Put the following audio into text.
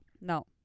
No